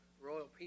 Royal